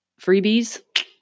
Freebies